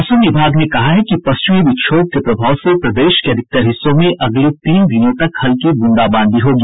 मौसम विभाग ने कहा है कि पश्चिमी विक्षोभ के प्रभाव से प्रदेश के अधिकतर हिस्सों में अगले तीन दिनों तक हल्की बूंदाबांदी होगी